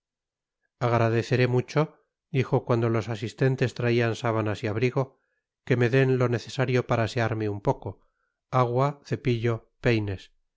agradeceré mucho dijo cuando los asistentes traían sábanas y abrigo que me den lo necesario para asearme un poco agua cepillo peines